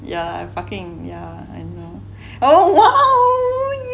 yeah yeah oh !wow!